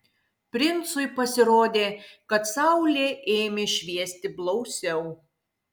princui pasirodė kad saulė ėmė šviesti blausiau